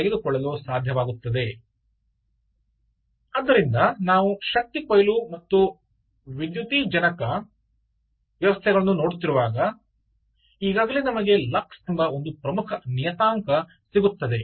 ಆದ್ದರಿಂದ ನಾವು ಶಕ್ತಿ ಕೊಯ್ಲು ಮತ್ತು ದ್ಯುತಿವಿದ್ಯುಜ್ಜನಕ ವ್ಯವಸ್ಥೆಗಳನ್ನು ನೋಡುತ್ತಿರುವಾಗ ಈಗಾಗಲೇ ನಮಗೆ ಲಕ್ಸ್ ಎಂಬ ಒಂದು ಪ್ರಮುಖ ನಿಯತಾಂಕ ಸಿಗುತ್ತದೆ